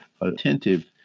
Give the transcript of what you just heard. attentive